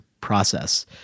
process